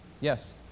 Yes